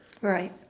Right